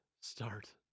Start